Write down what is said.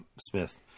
smith